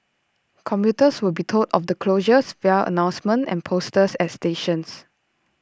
commuters will be told of the closures via announcements and posters at stations